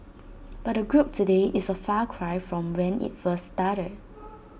but the group today is A far cry from when IT first started